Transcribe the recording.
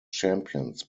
champions